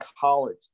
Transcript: college